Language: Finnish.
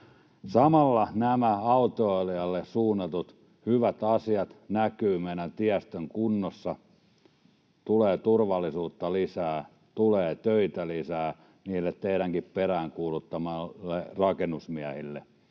Samalla nämä autoilijalle suunnatut hyvät asiat näkyvät meidän tiestön kunnossa, tulee turvallisuutta lisää, tulee töitä lisää niille teidänkin peräänkuuluttamille rakennusmiehille.